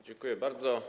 Dziękuję bardzo.